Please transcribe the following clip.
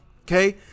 okay